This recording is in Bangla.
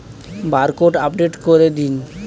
বারকোড আপডেট করে দিন?